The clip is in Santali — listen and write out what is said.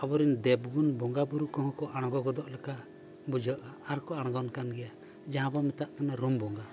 ᱟᱵᱚᱨᱮᱱ ᱫᱮᱵᱽ ᱜᱩᱱ ᱵᱚᱸᱜᱟᱼᱵᱩᱨᱩ ᱠᱚᱦᱚᱸ ᱠᱚ ᱟᱬᱜᱚ ᱜᱚᱫᱚᱜ ᱞᱮᱠᱟ ᱵᱩᱡᱷᱟᱹᱜᱼᱟ ᱟᱨ ᱠᱚ ᱟᱬᱜᱚᱱ ᱠᱟᱱ ᱜᱮᱭᱟ ᱡᱟᱦᱟᱸ ᱵᱚᱱ ᱢᱮᱛᱟᱜ ᱠᱟᱱᱟ ᱨᱩᱢ ᱵᱚᱸᱜᱟ